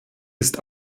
ist